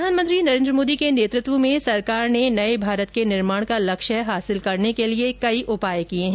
प्रधानमंत्री नरेन्द्र मोदी के नेतृत्व में सरकार ने नये भारत के निर्माण का लक्ष्य हासिल करने के लिए कई उपाय किए हैं